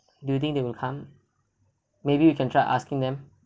do you think they will come maybe we can try asking them